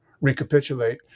recapitulate